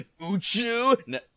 Uchu